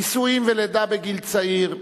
נישואים ולידה בגיל צעיר,